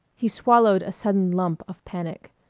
he swallowed a sudden lump of panic.